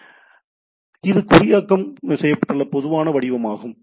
எனவே இது குறியாக்கம் செய்யப்பட்டுள்ள பொதுவான வடிவமாகும்